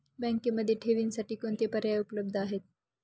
बँकेमध्ये ठेवींसाठी कोणते पर्याय उपलब्ध आहेत?